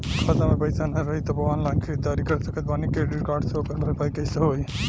खाता में पैसा ना रही तबों ऑनलाइन ख़रीदारी कर सकत बानी क्रेडिट कार्ड से ओकर भरपाई कइसे होई?